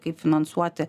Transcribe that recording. kaip finansuoti